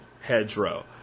hedgerow